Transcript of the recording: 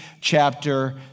chapter